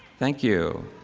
thank you.